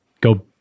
go